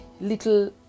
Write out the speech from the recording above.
little